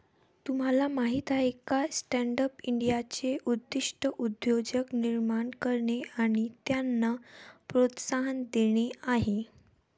तुम्हाला माहीत आहे का स्टँडअप इंडियाचे उद्दिष्ट उद्योजक निर्माण करणे आणि त्यांना प्रोत्साहन देणे आहे